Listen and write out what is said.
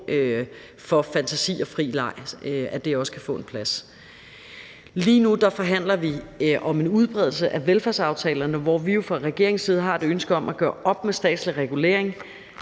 både fantasi og fri leg kan få en plads. Lige nu forhandler vi om en udbredelse af velfærdsaftalerne, hvor vi jo fra regeringens side har et ønske om at gøre op med statslig regulering